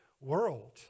world